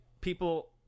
people